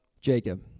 Jacob